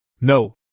No